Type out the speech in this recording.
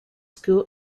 school